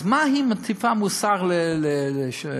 אז מה היא מטיפה מוסר לרבנים?